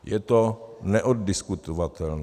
Je to neoddiskutovatelné.